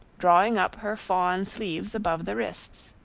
drawing up her fawn sleeves above the wrists.